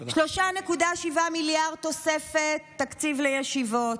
3.7 מיליארד תוספת תקציב לישיבות,